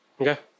Okay